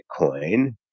Bitcoin